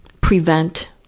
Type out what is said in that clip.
prevent